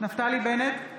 נפתלי בנט,